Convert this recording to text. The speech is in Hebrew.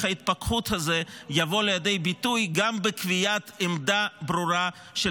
ההתפקחות הזה יבוא לידי ביטוי גם בקביעת עמדה ברורה של